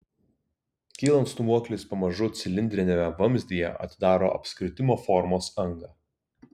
kylant stūmoklis pamažu cilindriniame vamzdyje atidaro apskritimo formos angą